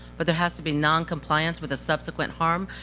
but there has to be noncompliance with a subsequent harm?